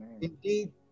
Indeed